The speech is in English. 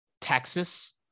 texas